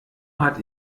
hat